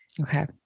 Okay